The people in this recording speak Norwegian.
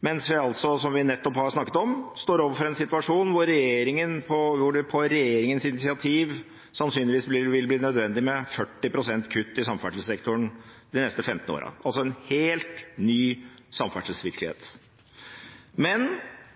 mens vi, som vi nettopp har snakket om, står overfor en situasjon hvor det på regjeringens initiativ sannsynligvis vil bli nødvendig med 40 pst. kutt i samferdselssektoren de neste 15 årene, altså en helt ny samferdselsvirkelighet.